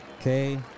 okay